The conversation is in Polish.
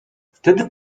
wtedy